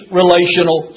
relational